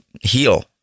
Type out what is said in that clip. heal